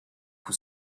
who